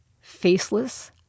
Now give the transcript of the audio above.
faceless